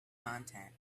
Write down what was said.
content